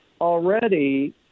already